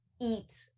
eat